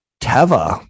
Teva